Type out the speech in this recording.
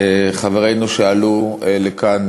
בחברינו שעלו לכאן,